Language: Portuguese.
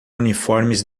uniformes